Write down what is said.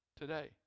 today